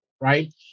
right